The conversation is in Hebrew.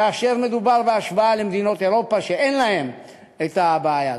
כאשר מדובר בהשוואה למדינות אירופה שאין להן בעיה כזאת.